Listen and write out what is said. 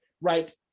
right